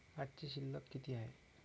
आजची शिल्लक किती हाय?